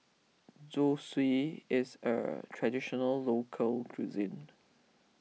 Zosui is a Traditional Local Cuisine